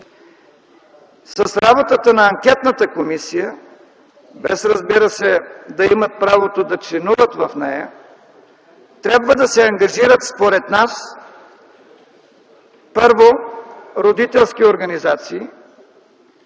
С работата на анкетната комисия, без, разбира се, да имат право да членуват в нея, трябва да се ангажират според нас – първо, родителски организации,